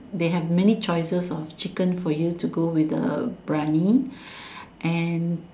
they have many choices of chicken for you to go with the briyani and